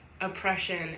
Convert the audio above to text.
oppression